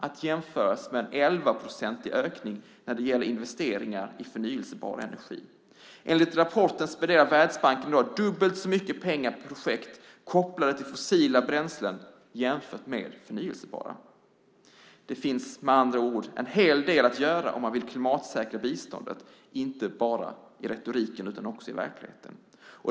Det kan jämföras med en 11-procentig ökning när det gäller investeringar i förnybar energi. Enligt rapporten spenderar Världsbanken i dag dubbelt så mycket pengar på projekt kopplade till fossila bränslen som på projekt kopplade till förnybara bränslen. Det finns med andra ord en hel del att göra om man vill klimatsäkra biståndet inte bara i retoriken utan också i verkligheten.